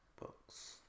books